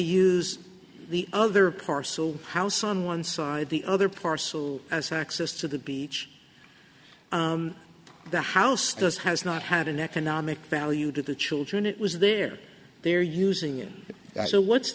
use the other parcel house on one side the other parcel as access to the beach the house does has not had an economic value to the children it was there they're using it so what's